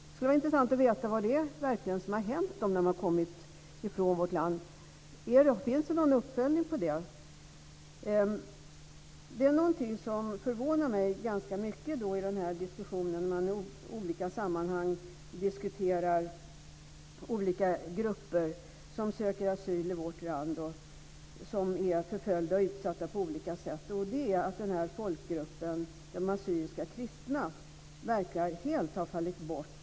Det skulle vara intressant att veta vad som verkligen har hänt dem efter det att de har lämnat vårt land. Det är någonting som förvånar mig ganska mycket i den diskussion som förs i olika sammanhang om olika grupper som söker asyl i vårt land och som är förföljda och utsatta på olika sätt. Det är att folkgruppen de assyriska kristna helt verkar ha fallit bort.